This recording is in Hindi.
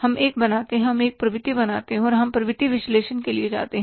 हम एक बनाते हैं हम एक प्रवृत्ति बनाते हैं और हम प्रवृत्ति विश्लेषण के लिए जाते हैं